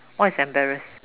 what is embarrass